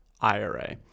IRA